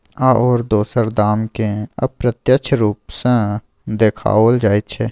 आओर दोसर दामकेँ अप्रत्यक्ष रूप सँ देखाओल जाइत छै